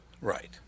right